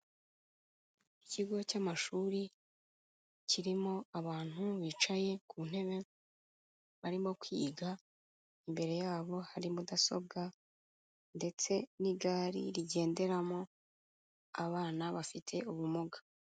Ikigo cy'amashuri, kirimo abantu bicaye ku ntebe, barimo kwiga, imbere yabo hari mudasobwa, ndetse n'igare rigenderamo abana bafite ubumuga.